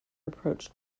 approach